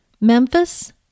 Memphis